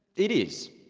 it is.